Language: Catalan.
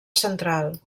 central